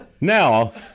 Now